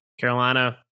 Carolina